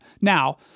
Now